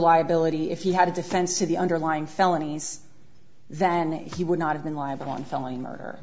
liability if he had a defense of the underlying felonies then he would not have been liable on felony murder